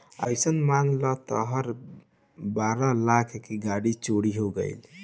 अइसन मान ल तहार बारह लाख के गाड़ी चोरी हो गइल